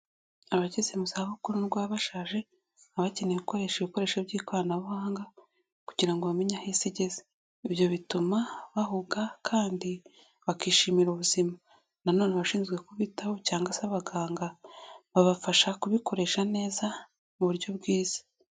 Abageze mu zabukuru n'ubwo baba bashaje, baba bakeneye gukoresha ibikoresho by'ikoranabuhanga kugira ngo bamenye aho i isi igeze; ibyo bituma bahuga kandi bakishimira ubuzima. Nanone abashinzwe kubitaho cyangwa se abaganga, babafasha kubikoresha neza mu buryo bwiza.